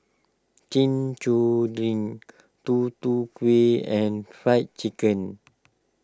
Chin Chow Drink Tutu Kueh and Fried Chicken